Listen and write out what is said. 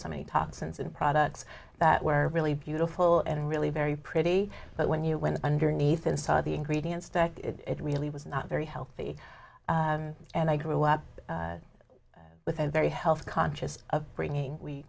many toxins and products that were really beautiful and really very pretty but when you went underneath and saw the ingredients that it really was not very healthy and i grew up with a very health conscious of bringing we